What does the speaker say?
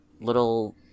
little